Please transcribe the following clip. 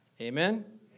Amen